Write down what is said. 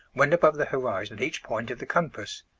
when above the horizon at each point of the compass.